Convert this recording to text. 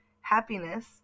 happiness